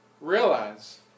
realize